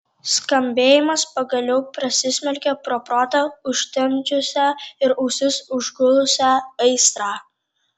skambėjimas pagaliau prasismelkė pro protą užtemdžiusią ir ausis užgulusią aistrą